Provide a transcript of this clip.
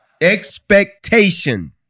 Expectation